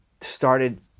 started